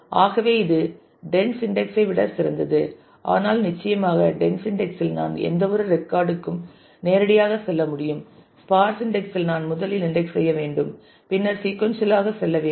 ஆகவே அது dense index ஐ விட சிறந்தது ஆனால் நிச்சயமாக டென்ஸ் இன்டெக்ஸ் இல் நான் எந்தவொரு ரெக்கார்ட் க்கும் நேரடியாகச் செல்ல முடியும் ஸ்பார்ஸ் இன்டெக்ஸ் இல் நான் முதலில் இன்டெக்ஸ் செய்ய வேண்டும் பின்னர் சீக்கொன்சியல் ஆக செல்ல வேண்டும்